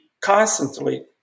constantly